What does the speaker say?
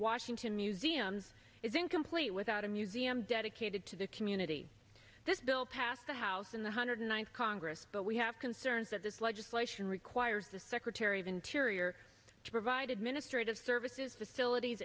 washington museum is incomplete without a museum dedicated to the community this bill passed the house in the hundred ninth congress but we have concerns that this legislation requires the secretary of interior to provide administrative services facilities